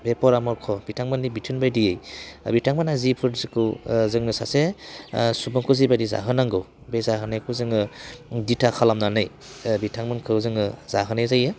बे परामर्ख बिथांमोननि बिथोन बायदियै बिथांमोना जिफोरखौ जोंनो सासे सुबुंखौ जिबायदि जाहोनांगौ बे जाहोनायखौ जोङो दिथा खालामनानै बिथांमोनखौ जोङो जाहोनाय जायो